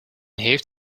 heeft